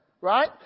Right